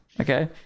okay